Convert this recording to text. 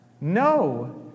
No